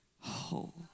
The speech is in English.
whole